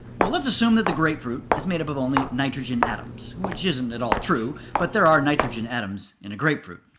well, let's assume that the grapefruit is made up of only nitrogen atoms, which isn't at all true, but there are nitrogen atoms in a grapefruit.